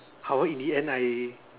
how~ in the end I